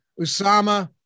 Usama